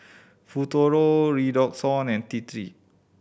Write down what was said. Futuro Redoxon and T Three